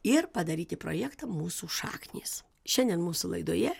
ir padaryti projektą mūsų šaknys šiandien mūsų laidoje